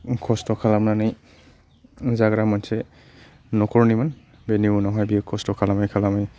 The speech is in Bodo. खस्थ' खालामनानै जाग्रा मोनसे न'खरनिमोन बेनि उनावहाय बियो खस्थ' खालामै खालामै